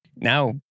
Now